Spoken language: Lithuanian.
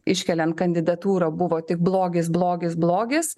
iškeliant kandidatūrą buvo tik blogis blogis blogis